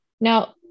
Now